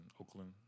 Oakland